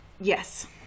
Yes